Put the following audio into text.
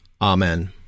Amen